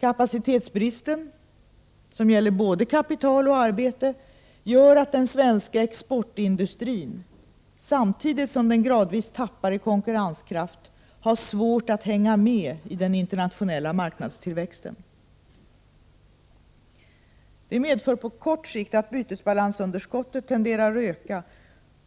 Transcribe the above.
Kapacitetsbristen — som gäller både kapital och arbete — gör att den svenska exportindustrin, samtidigt som den gradvis tappar i konkurrenskraft, har svårt att hänga med i den internationella marknadstillväxten. Det medför på kort sikt att bytesbalansunderskottet tenderar att öka,